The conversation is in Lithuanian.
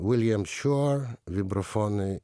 william shore vibrafonai